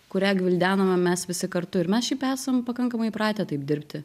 kurią gvildenome mes visi kartu ir mes šiaip esam pakankamai įpratę taip dirbti